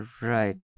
right